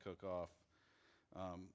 Cook-Off